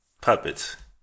puppets